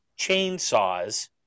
chainsaws